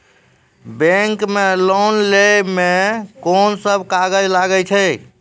Bank मे loan लै मे कोन सब कागज लागै छै?